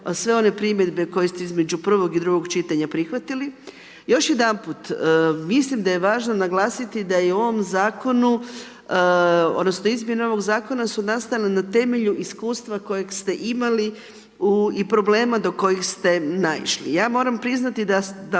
sve one primjedbe koje ste između prvog i drugog čitanja prihvatili. Još jedanput, mislim da je važno naglasiti da je u ovom Zakonu odnosno izmjene ovoga Zakona su nastale na temelju iskustva kojeg ste imali i problema do kojih ste naišli. Ja moram priznati da